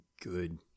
good